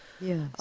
Yes